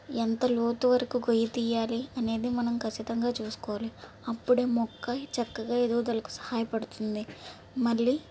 ఎంత లోతు వరకు గొయ్యి తీయాలి అనేది మనం ఖచ్చితంగా చూసుకోవాలి అప్పుడే మొక్క చక్కగా ఎదుగుదలకు సహాయపడుతుంది మళ్ళీ